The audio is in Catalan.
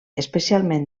especialment